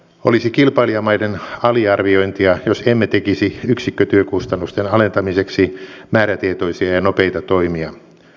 olisi kilpailijamaiden aliarviointia jos emme tekisi yksikkötyökustannusten alentamiseksi määrätietoisia ja nopeita toimia